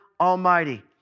Almighty